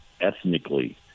ethnically